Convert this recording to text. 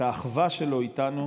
את האחווה שלו איתנו,